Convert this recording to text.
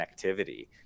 connectivity